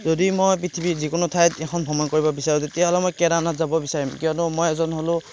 যদি মই পৃথিৱীৰ যিকোনো ঠাই এখন ভ্ৰমণ কৰিব বিচাৰোঁ তেতিয়াহ'লে মই কেদাৰনাথ যাব বিচাৰিম কিয়নো মই এজন হ'লো